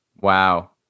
Wow